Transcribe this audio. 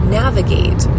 navigate